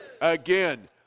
Again